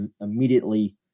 immediately